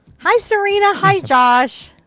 hi serena. hi josh.